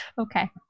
Okay